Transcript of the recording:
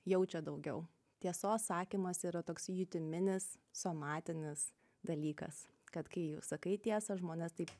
jaučia daugiau tiesos sakymas yra toks jutiminis somatinis dalykas kad kai sakai tiesą žmonės taip